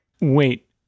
Wait